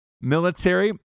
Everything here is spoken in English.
military